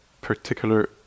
particular